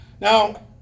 now